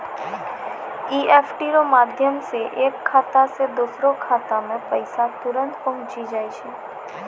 EFT रो माध्यम से एक खाता से दोसरो खातामे पैसा तुरंत पहुंचि जाय छै